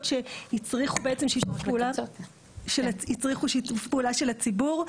שהצריכו בעצם שיתוף פעולה של הציבור,